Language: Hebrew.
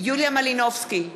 יוליה מלינובסקי,